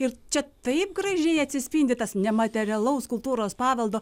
ir čia taip gražiai atsispindi tas nematerialaus kultūros paveldo